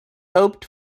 hoped